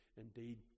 indeed